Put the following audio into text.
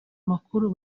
makuru